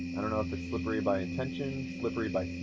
i don't know if it's slippery by intention, slippery by